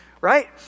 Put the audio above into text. right